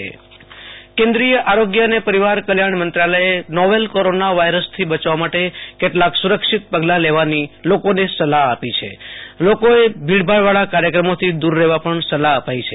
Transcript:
આશુ તોષ Antani corona આરોગ્ય સુ ચનાઓ કેન્દ્રીય આરોગ્ય અને પરિવાર કલ્યાણ મંત્રાલયે નોવેલ કોરાના વાયરસથી બયવા માટે કેટલાક સુરક્ષિત પગલા લેવાની લોકોને સલાહ આપી છે લોકોએ ભીડવાળા કાર્યક્રમોથી દુર રહેવા પણ સલાહ અપાઈ છે